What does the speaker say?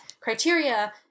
criteria